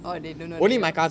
oh they don't know the girl